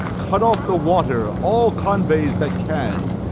cut off the water, all convoys that can,